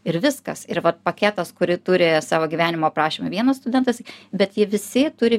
ir viskas ir vat paketas kurį turi savo gyvenimo aprašyme vienas studentas bet jie visi turi